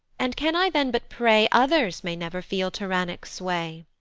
and can i then but pray others may never feel tyrannic sway?